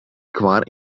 kvar